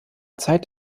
zeit